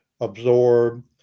absorb